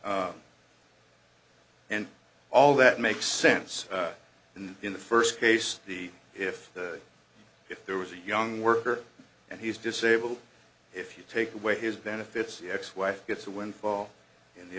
and all that makes sense and in the first case the if if there was a young worker and he's disabled if you take away his benefits the ex wife gets a windfall in the